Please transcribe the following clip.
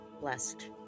blessed